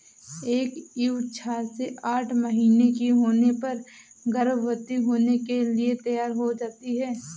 एक ईव छह से आठ महीने की होने पर गर्भवती होने के लिए तैयार हो जाती है